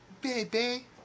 Baby